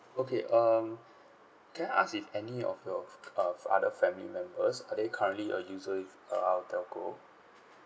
okay um can I ask if any of your f~ uh f~ other family members are they currently a user with uh our telco